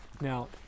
now